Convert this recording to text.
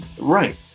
right